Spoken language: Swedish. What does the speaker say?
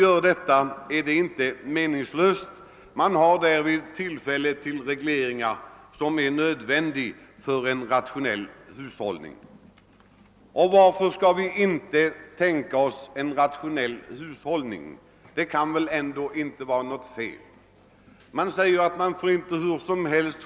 Detta är inte meningslöst utan man har därvid tillfälle göra för en rationell hushållning nödvändiga regleringar, och varför skall vi inte kunna tänka oss en rationell hushållning? Det kan väl ändå inte vara något fel i det. Det sägs att man inte får skövla naturen hur som helst.